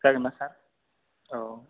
जागोनना सार औ